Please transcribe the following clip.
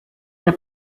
der